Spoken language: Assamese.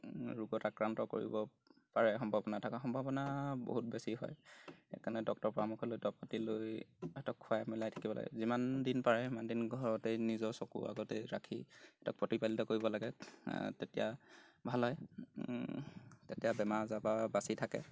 ৰোগত আক্ৰান্ত কৰিব পাৰে সম্ভাৱনা থকা সম্ভাৱনা বহুত বেছি হয় সেইকাৰণে ডক্তৰ পৰামৰ্শ লৈ দৰৱ পাতি লৈ সিহঁতক খুৱাই মিলাই থাকিব লাগে যিমান দিন পাৰে সিমান দিন ঘৰতে নিজৰ চকুৰ আগতে ৰাখি তাক প্ৰতিপালিত কৰিব লাগে তেতিয়া ভাল হয় তেতিয়া বেমাৰ আজাৰ পৰা বাচি থাকে